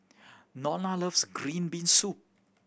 Nona loves green bean soup